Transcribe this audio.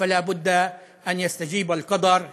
להלן תרגומם: "אם יום אחד עַם ירצה לחיות,